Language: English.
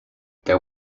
there